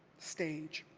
stage.